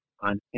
On